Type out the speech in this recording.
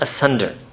asunder